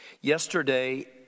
Yesterday